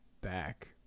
back